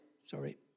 sorry